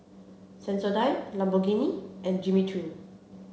Sensodyne Lamborghini and Jimmy Choo